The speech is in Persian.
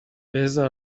بزار